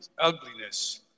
Ugliness